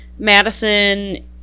Madison